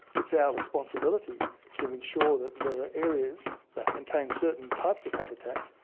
it's our responsibility to ensure that there are areas that contain certain types of habitats,